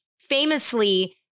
famously